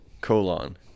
colon